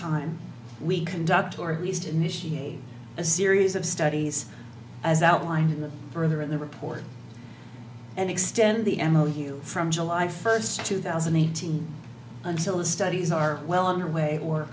time we conduct or at least initiate a series of studies as outlined in the further in the report and extend the m o you from july first two thousand and eighteen until the studies are well underway or